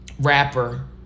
rapper